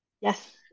Yes